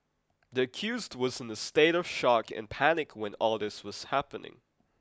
the accused was in a state of shock and panic when all this was happening